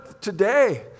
today